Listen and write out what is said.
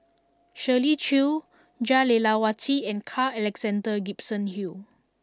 Shirley Chew Jah Lelawati and Carl Alexander Gibson Hill